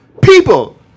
People